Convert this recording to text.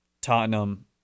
Tottenham